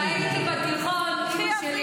הינה, בבקשה,